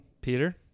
Peter